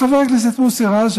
חבר הכנסת מוסי רז,